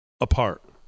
apart